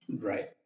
Right